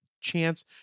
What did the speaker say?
chance